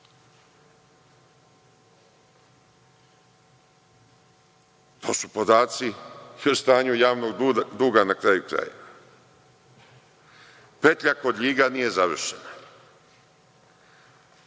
To su podaci o stanju javnog duga, na kraju krajeva. Petlja kod Ljiga nije završena,